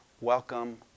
welcome